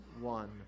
one